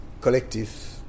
collective